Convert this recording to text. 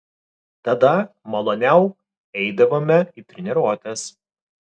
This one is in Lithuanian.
tada maloniau eidavome į treniruotes